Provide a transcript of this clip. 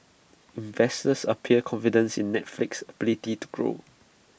investors appear confident in Netflix's ability to grow